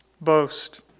boast